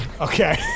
okay